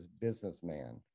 businessman